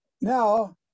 Now